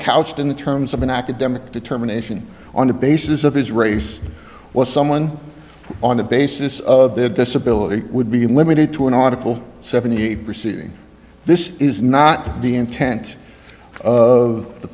couched in the terms of an academic determination on the basis of his race what someone on the basis of their disability would be limited to an article seventy eight proceeding this is not the intent of the